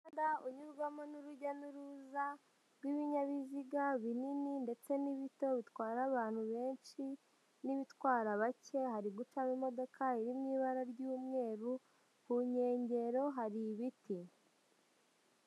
Umuhanda unyurwamo n'urujya n'uruza rw'ibinyabiziga binini ndetse n'ibito bitwara abantu benshi n'ibitwara bake, hari gucamo imodoka iri mu ibara ry'umweru, ku nkengero hari ibiti.